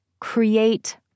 create